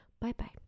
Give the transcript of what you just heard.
bye-bye